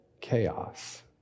chaos